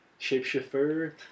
Shapeshifter